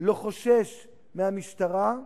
לא חושש מהמשטרה,